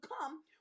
come